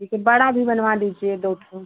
ठीक है बड़ा भी बनवा दीजिए दो ठो